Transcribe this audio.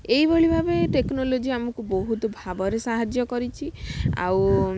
ଏହିଭଳି ଭାବେ ଟେକ୍ନୋଲୋଜି ଆମକୁ ବହୁତ ଭାବରେ ସାହାଯ୍ୟ କରିଛି ଆଉ